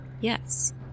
yes